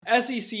SEC